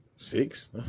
Six